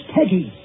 Peggy